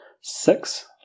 six